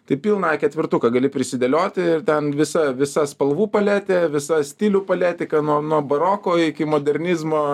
tai pilną a ketvirtuką gali prisidėlioti ir ten visa visa spalvų paletė visa stilių paletė nuo baroko iki modernizmo